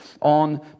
on